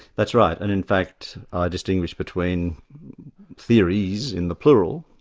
that's right. and in fact i distinguish between theories, in the plural,